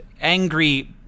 angry